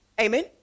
Amen